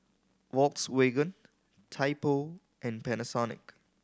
Volkswagen Typo and Panasonic